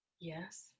yes